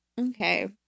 Okay